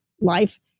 life